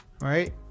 Right